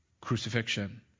crucifixion